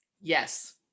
Yes